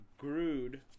Grood